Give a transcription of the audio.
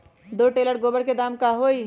दो टेलर गोबर के दाम का होई?